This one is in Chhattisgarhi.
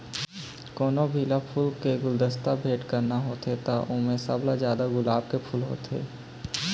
कोनो भी ल फूल के गुलदस्ता भेट करना होथे त ओमा सबले जादा गुलाब के फूल होथे